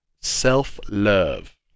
self-love